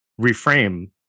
reframe